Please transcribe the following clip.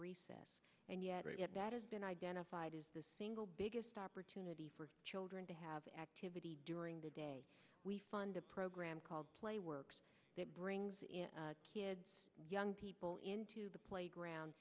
recess and yet that has been identified as the single biggest opportunity for children to have activity during the day we fund a program called play works that brings kids young people into the playground